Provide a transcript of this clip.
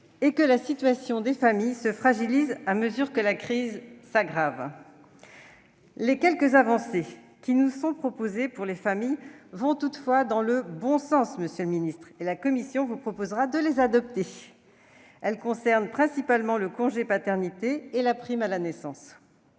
et que la situation des familles se fragilise à mesure que la crise s'aggrave. Cependant, les quelques avancées qui nous sont proposées pour les familles vont dans le bon sens et la commission vous proposera de les adopter. Elles concernent principalement le congé paternité et la prime à la naissance.